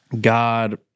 God